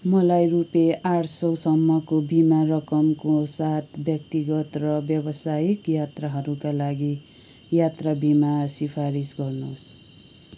मलाई रुपियाँ आठ सौ सम्मको बिमा रकमको साथ व्यक्तिगत र व्यावसायिक यात्राहरूका लागि यात्रा बिमा सिफारिस गर्नुहोस्